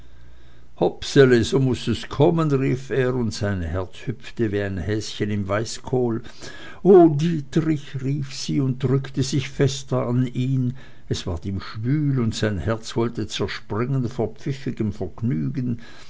so muß es kommen rief er und sein herz hüpfte wie ein häschen im weißkohl o dietrich rief sie und drückte sich fester an ihn es ward ihm schwül und sein herz wollte zerspringen vor pfiffigem vergnügen